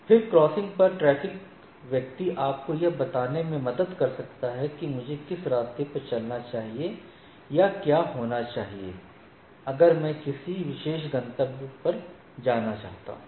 फिर क्रॉसिंग पर ट्रैफिक व्यक्ति आपको यह बताने में मदद कर सकता है कि मुझे किस रास्ते पर चलना चाहिए या क्या होना चाहिए अगर मैं किसी विशेष गंतव्य पर जाना चाहता हूं